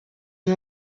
una